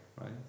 right